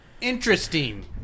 Interesting